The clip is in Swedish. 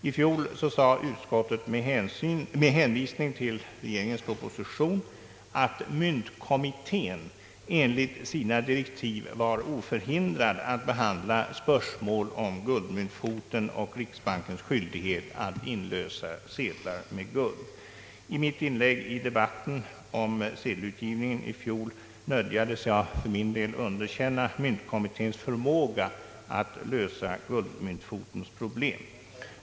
I fjol sade utskottet med hänvisning till regeringens proposition att myntkommittén enligt sina direktiv var oförhindrad att behandla spörsmål om guldmyntfoten och riksbankens skyldighet att inlösa sedlar med guld. I mitt inlägg i debatten om sedelutgivningen i fjol nödgades jag för min del underkänna myntkommitténs förmåga att »lösa guldmyntfotens problem».